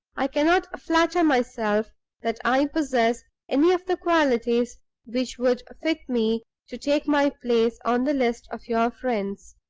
i cannot flatter myself that i possess any of the qualities which would fit me to take my place on the list of your friends.